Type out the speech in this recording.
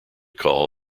call